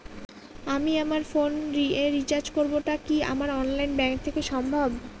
আমি আমার ফোন এ রিচার্জ করব টা কি আমার অনলাইন ব্যাংক থেকেই সম্ভব?